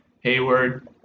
Hayward